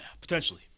potentially